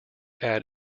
add